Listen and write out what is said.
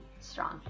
strong